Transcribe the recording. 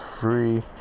free